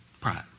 Pride